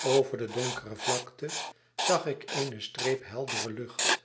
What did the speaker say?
over de donkere vlakte zag ik eene streep heldere lucht